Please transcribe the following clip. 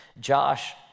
Josh